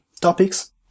topics